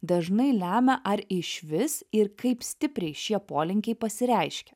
dažnai lemia ar išvis ir kaip stipriai šie polinkiai pasireiškia